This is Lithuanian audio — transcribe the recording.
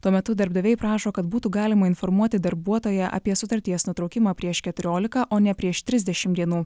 tuo metu darbdaviai prašo kad būtų galima informuoti darbuotoją apie sutarties nutraukimą prieš keturiolika o ne prieš trisdešimt dienų